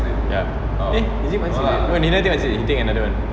ya eh is it one six eight oh he never take one six eight he take another one